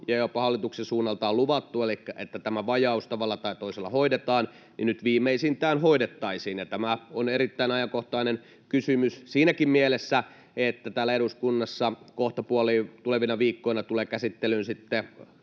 jota jopa hallituksen suunnalta on luvattu, elikkä että tämä vajaus tavalla tai toisella hoidetaan, nyt viimeisintään hoidettaisiin. Tämä on erittäin ajankohtainen kysymys siinäkin mielessä, että täällä eduskunnassa kohtapuoliin, tulevina viikkoina, tulee käsittelyyn sitten